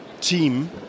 team